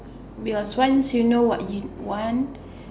yes once you know what you want